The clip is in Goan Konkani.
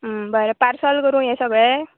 बरें पार्सल करूं हें सगळें